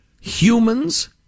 Humans